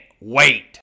wait